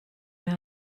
mir